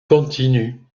continue